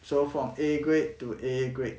so from A grade to A grade